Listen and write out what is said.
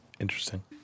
Interesting